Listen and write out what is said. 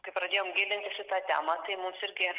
kai pradėjom gilintis į tą temą tai mus irgi